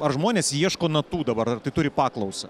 ar žmonės ieško natų dabar ar tai turi paklausą